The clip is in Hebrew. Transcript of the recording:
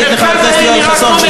מרכז העיר נראה כמו מדינת עולם שלישי.